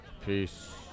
Peace